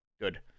good